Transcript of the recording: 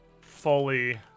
fully